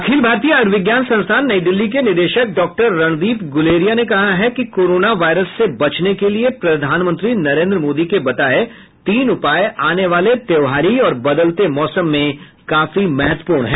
अखिल भारतीय आयुर्विज्ञान संस्थान नई दिल्ली के निदेशक डॉक्टर रणदीप गुलेरिया ने कहा है कि कोरोना वायरस से बचने के लिए प्रधानमंत्री नरेन्द्र मोदी के बताए गये तीन उपाय आने वाले त्यौहारी और बदलते मौसम में काफी महत्वपूर्ण हैं